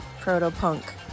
proto-punk